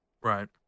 Right